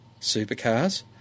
supercars